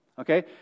Okay